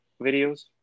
videos